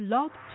Love